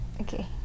Okay